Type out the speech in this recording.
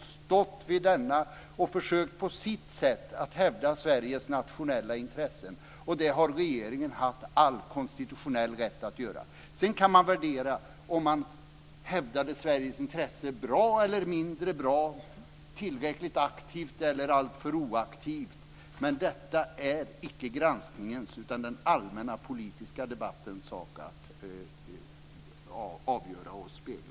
Man har stått fast vid denna och försökt att på sitt sätt hävda Sveriges nationella intressen. Det har regeringen haft all konstitutionell rätt att göra. Sedan kan man värdera om man hävdade Sveriges intresse bra eller mindre bra, tillräckligt aktivt eller alltför inaktivt. Men detta är icke granskningens, utan den allmänna politiska debattens sak att avgöra och spegla.